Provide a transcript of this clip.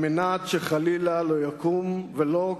כדי שחלילה לא יקום ולו